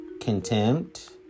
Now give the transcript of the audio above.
contempt